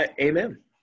Amen